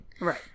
Right